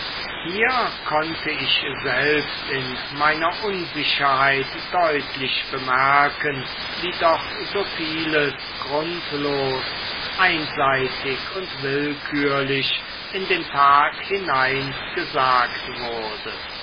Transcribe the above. hier konnte ich selbst in meiner unsicherheit deutlich bemerken wie doch so vieles grundlos einseitig und willkürlich in den tag hinein gesagt wurde